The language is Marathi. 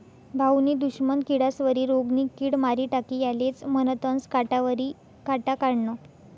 भाऊनी दुश्मन किडास्वरी रोगनी किड मारी टाकी यालेज म्हनतंस काटावरी काटा काढनं